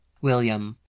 William